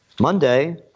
Monday